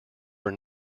were